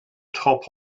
top